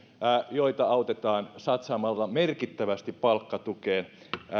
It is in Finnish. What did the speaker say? joita autetaan satsaamalla merkittävästi palkkatukeen